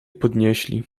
podnieśli